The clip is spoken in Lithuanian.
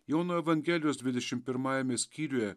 jono evangelijos dvidešim pirmajame skyriuje